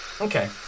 Okay